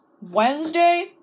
Wednesday